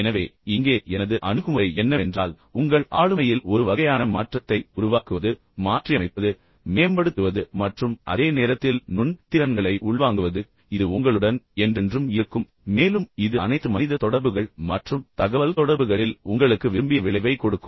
எனவே இங்கே எனது அணுகுமுறை என்னவென்றால் உங்கள் ஆளுமையில் ஒரு வகையான மாற்றத்தை உருவாக்குவது மாற்றியமைப்பது மேம்படுத்துவது மற்றும் அதே நேரத்தில் நுண் திறன்களை உள்வாங்குவது இது உங்களுடன் என்றென்றும் இருக்கும் மேலும் இது அனைத்து மனித தொடர்புகள் மற்றும் தகவல்தொடர்புகளில் உங்களுக்கு விரும்பிய விளைவைக் கொடுக்கும்